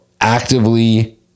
actively